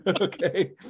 Okay